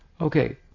Okay